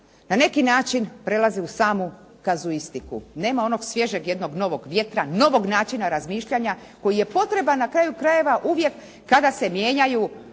na neki način prelazi u samu kazuistiku, nema onog svježeg jednog novog vjetra, novog načina razmišljanja koji je potreban na kraju krajeva uvijek kada se mijenjaju